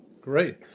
Great